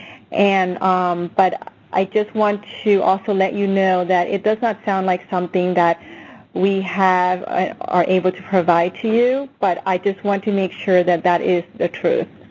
and but i just want to also let you know that it does not sound like something that we have are able to provide to you. but i just want to make sure that that is the truth.